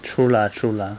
true lah true lah